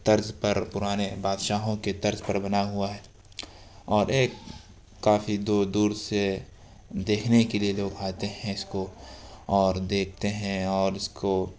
طرز پر پرانے بادشاہوں کے طرز پر بنا ہوا ہے اور ایک کافی دور دور سے دیکھنے کے لیے لوگ آتے ہیں اس کو اور دیکھتے ہیں اور اس کو